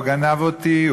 הוא גנב אותי,